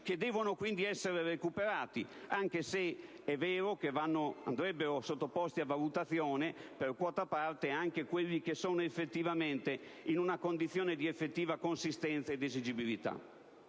che devono quindi essere recuperati. Probabilmente andrebbero sottoposti a valutazione per quota parte anche quelli che sono in una condizione di effettiva consistenza ed esigibilità,